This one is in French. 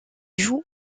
joue